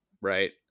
right